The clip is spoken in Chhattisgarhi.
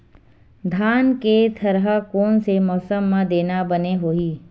धान के थरहा कोन से मौसम म देना बने होही?